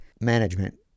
management